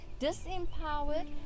disempowered